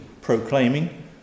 proclaiming